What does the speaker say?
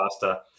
faster